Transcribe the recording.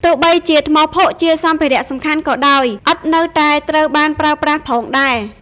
ទោះបីជាថ្មភក់ជាសម្ភារៈសំខាន់ក៏ដោយ ឥដ្ឋ នៅតែត្រូវបានប្រើប្រាស់ផងដែរ។